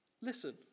listen